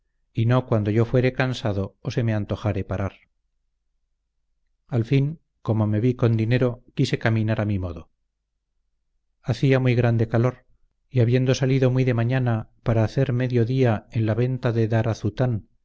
y no cuando yo fuere cansado o se me antojare parar al fin como me vi con dinero quise caminar a mi modo hacia muy grande calor y habiendo salido muy de mañana para hacer medio día en la venta de darazutan fue tan